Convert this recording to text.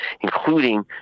including